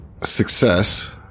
success